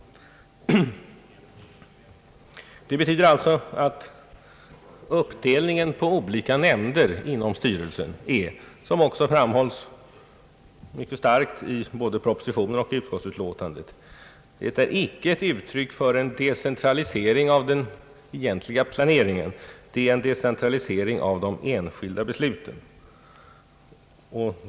Det betyder alltså att uppdelningen på olika nämnder inom styrelsen är, som också framhålls mycket starkt i både propositionen och utskottsutlåtandet, icke ett uttryck för en decentralisering av den egentliga planeringen; det är en decentralisering av de enskilda besluten.